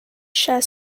share